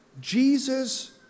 Jesus